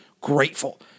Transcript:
grateful